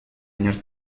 años